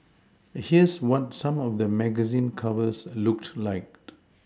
here's what some of the magazine covers looked like